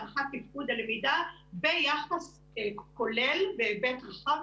הערכת תפקוד הלמידה ביחס כולל בהיבט רחב